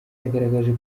yagaragaje